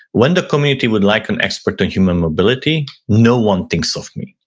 when the community would like an expert in human mobility, no one thinks of me,